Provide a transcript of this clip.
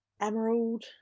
Emerald